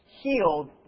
healed